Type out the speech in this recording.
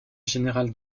général